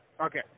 Okay